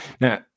Now